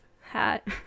hat